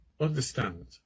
understand